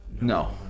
No